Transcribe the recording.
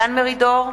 דן מרידור,